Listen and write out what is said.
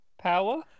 power